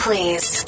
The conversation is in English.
Please